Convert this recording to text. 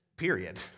period